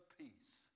peace